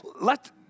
let